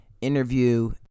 interview